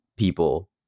people